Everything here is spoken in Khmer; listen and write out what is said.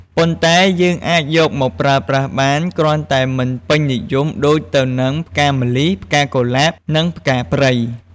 ប៉ុន្តែយើងអាចយកមកប្រើប្រាស់បាន គ្រាន់តែមិនពេញនិយមដូចទៅនឹងផ្កាម្លិះ ផ្កាកុលាប និងផ្កាព្រៃ។